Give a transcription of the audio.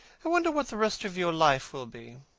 i wonder what the rest of your life will be.